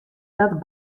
dat